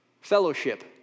Fellowship